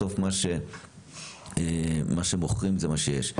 בסוף מה שמוכרים זה מה שיש.